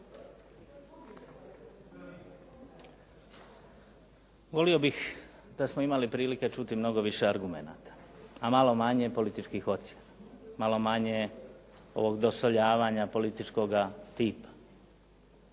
Volio bih da smo imali prilike čuti mnogo više argumenata a malo manje političkih ocjena, malo manje ovog dosoljavanja političkoga tipa.